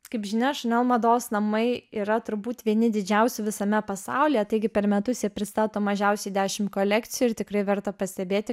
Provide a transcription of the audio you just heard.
kaip žinia aš ne mados namai yra turbūt vieni didžiausių visame pasaulyje taigi per metus jie pristato mažiausiai dešimt kolekcijų ir tikrai verta pastebėti